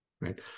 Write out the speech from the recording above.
right